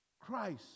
Christ